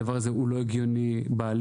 הדבר הזה לא הגיוני בעליל,